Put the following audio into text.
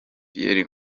pierre